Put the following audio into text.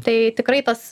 tai tikrai tas